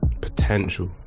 potential